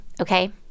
Okay